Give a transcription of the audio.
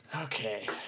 Okay